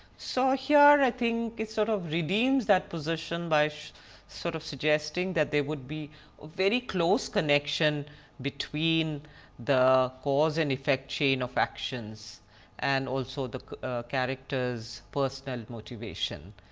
so here, i think it is sort of redeems that position by sort of suggesting that there would be very close connection between the cause-and-effect chain of actions and also the character's personal motivation.